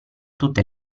tutte